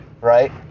Right